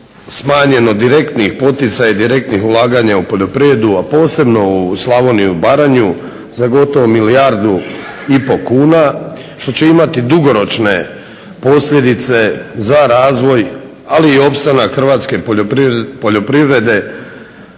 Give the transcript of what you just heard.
smanjen direktnih poticaja, direktnih ulaganja u poljoprivredu, a posebno u Slavoniju i Baranju za gotovo milijardu i pol kuna što će imati dugoročne posljedice za razvoj, ali i opstanak hrvatske poljoprivrede